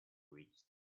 reach